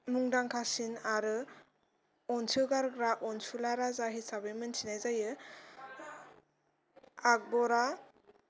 मुंदांखासिन आरो अनसोगारग्रा अनसुला राजा हिसाबै मिथिनाय जायो आकबरा